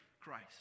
Christ